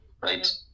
right